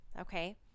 Okay